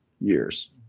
years